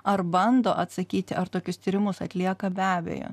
ar bando atsakyti ar tokius tyrimus atlieka be abejo